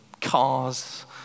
cars